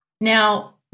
Now